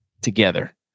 together